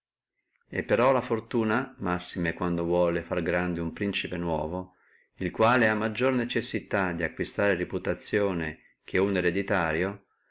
e però la fortuna massime quando vuol fare grande uno principe nuovo il quale ha maggiore necessità di acquistare reputazione che uno ereditario